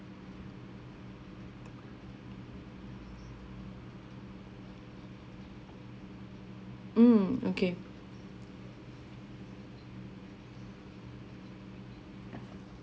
mm okay